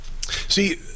see